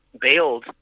bailed